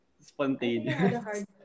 spontaneous